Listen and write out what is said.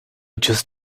just